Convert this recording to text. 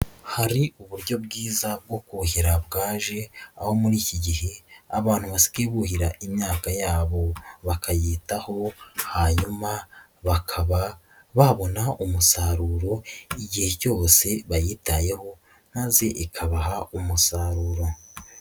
Hari uburyo bwiza bwo kuhira bwaje aho muri iki gihe abantu basigaye buhira imyaka yabo, bakayitaho hanyuma bakaba babonaho umusaruro igihe cyose bayitayeho maze ikabaha umusaruro.